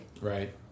Right